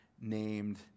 named